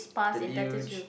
the luge